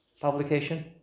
publication